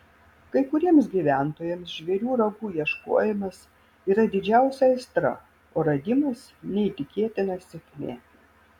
kai kuriems gyventojams žvėrių ragų ieškojimas yra didžiausia aistra o radimas neįtikėtina sėkmė